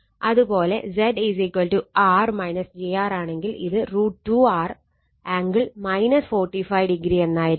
അത് പോലെ Z R jR ആണെങ്കിൽ ഇത് √ 2 R ആംഗിൾ 45° ആയിരിക്കും